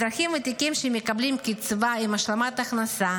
אזרחים ותיקים שמקבלים קצבה עם השלמת הכנסה